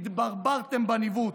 התברברתם בניווט.